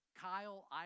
Kyle